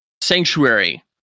Sanctuary